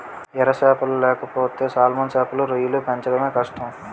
ఎర సేపలు లేకపోతే సాల్మన్ సేపలు, రొయ్యలు పెంచడమే కష్టం